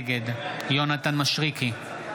נגד יונתן מישרקי,